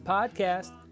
Podcast